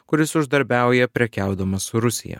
kuris uždarbiauja prekiaudamas su rusija